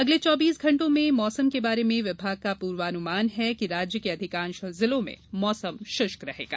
अगले चौबीस घंटों में मौसम के बारे में विभाग का पूर्वानुमान है कि राज्य के अधिकांश जिलों में मौसम शुष्क रहेगा